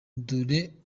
dore